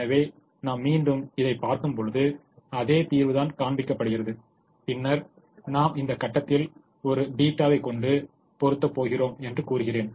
எனவே நாம் மீண்டும் இதைப் பார்க்கும் பொழுது அதே தீர்வு தான் காண்பிக்கப்படுகிறது பின்னர் நாம் இந்த கட்டத்தில் ஒரு θ வை கொண்டு பொறுத்தப் போகிறோம் என்று கூறுகிறேன்